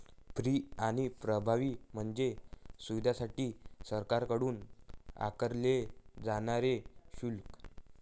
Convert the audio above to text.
fee आणि प्रभावी म्हणजे सुविधांसाठी सरकारकडून आकारले जाणारे शुल्क